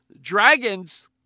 dragons